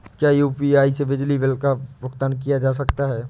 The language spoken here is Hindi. क्या यू.पी.आई से बिजली बिल का भुगतान किया जा सकता है?